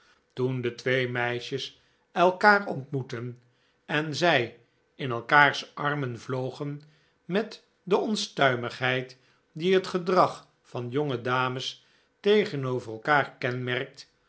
toen de twee meisjes elkaar ontmoetten en zij in elkaars armen vlogen met de onstuimigheid die het gedrag van jonge dames tegenover elkaar kenmerkt